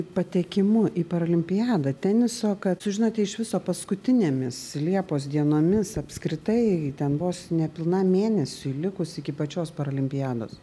patekimu į paralimpiadą teniso kad sužinote iš viso paskutinėmis liepos dienomis apskritai ten vos nepilnam mėnesiui likus iki pačios paralimpiados